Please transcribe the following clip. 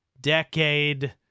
decade